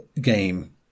game